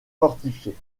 fortifiées